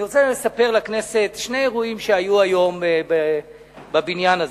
אני רוצה לספר לכנסת על שני אירועים שהיו היום בבניין הזה,